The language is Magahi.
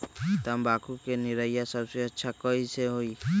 तम्बाकू के निरैया सबसे अच्छा कई से होई?